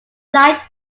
light